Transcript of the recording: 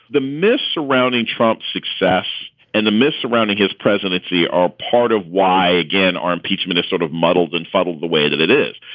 the myths surrounding trump's success and the myths surrounding his presidency are part of why, again, our impeachment is sort of muddled and fuddled the way that it is.